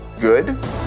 good